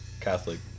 Catholic